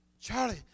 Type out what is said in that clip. Charlie